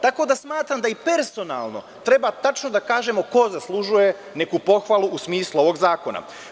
Tako da smatram da i personalno treba tačno da kažemo ko zaslužuje neku pohvalu u smislu ovog zakona.